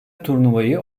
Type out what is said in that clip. turnuvayı